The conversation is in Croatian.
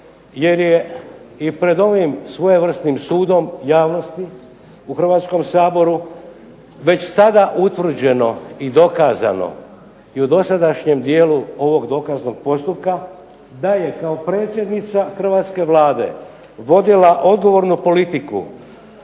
jer je i pred ovim svojevrsnim sudom javnosti u Hrvatskom saboru već sada utvrđeno i dokazano i u dosadašnjem dijelu ovog dokaznog postupka da je kao predsjednica hrvatske Vlade vodila odgovornu politiku